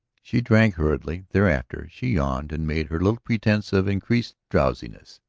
she drank hurriedly. thereafter she yawned and made her little pretense of increased drowsiness.